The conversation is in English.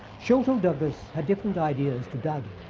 sholto douglas had different ideas to dowding.